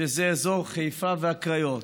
שזה אזור חיפה והקריות.